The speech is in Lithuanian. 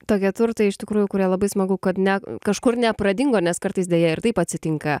tokie turtai iš tikrųjų kurie labai smagu kad ne kažkur nepradingo nes kartais deja ir taip atsitinka